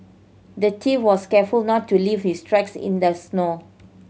the thief was careful to not leave his tracks in the snow